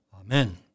Amen